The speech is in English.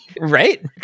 right